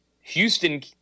Houston